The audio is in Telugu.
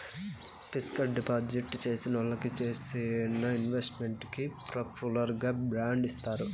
ఫిక్సడ్ డిపాజిట్ చేసినోళ్ళకి చేసిన ఇన్వెస్ట్ మెంట్ కి ప్రూఫుగా బాండ్ ఇత్తారు